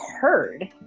heard